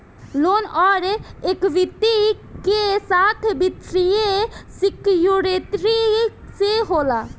loan अउर equity के साथ वित्तीय सिक्योरिटी से होला